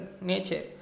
nature